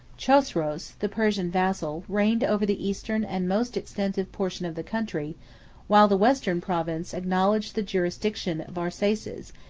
chosroes, the persian vassal, reigned over the eastern and most extensive portion of the country while the western province acknowledged the jurisdiction of arsaces,